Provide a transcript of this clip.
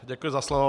Děkuji za slovo.